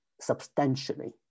substantially